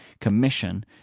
Commission